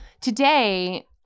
today